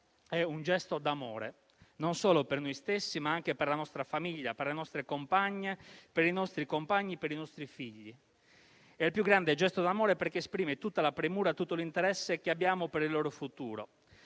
è un gesto d'amore non solo per noi stessi, ma anche per la nostra famiglia, per le nostre compagne, per i nostri compagni, per i nostri figli; è il più grande gesto d'amore perché esprime tutta la premura e tutto l'interesse che abbiamo per il loro futuro.